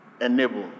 enable